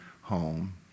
home